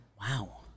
Wow